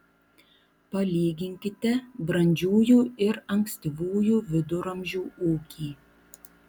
palyginkite brandžiųjų ir ankstyvųjų viduramžių ūkį